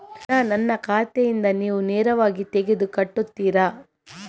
ಹಣ ನನ್ನ ಖಾತೆಯಿಂದ ನೀವು ನೇರವಾಗಿ ತೆಗೆದು ಕಟ್ಟುತ್ತೀರ?